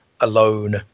alone